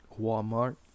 Walmart